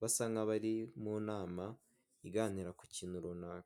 Basa n'abari mu nama iganira ku kintu runaka.